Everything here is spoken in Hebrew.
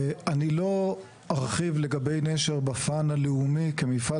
אני לא ארחיב לגבי נשר בפן הלאומי כמפעל